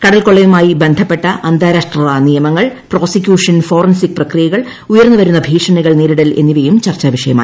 കടൽക്കൊളളയുമായി ബന്ധപ്പെട്ട അന്താരാഷ്ട്ര നിയമങ്ങൾ പ്രോസിക്യൂഷൻ ഫോറൻസിക് പ്രക്രിയകൾ ഉയർന്നൂവരുന്ന ഭീഷണികൾ നേരിടൽ എന്നിവയൂം ചർച്ച വിഷയമായി